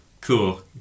Cool